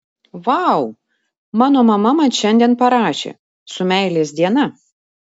vau mano mama man šiandien parašė su meilės diena